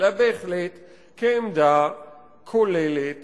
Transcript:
אלא בהחלט כעמדה כוללת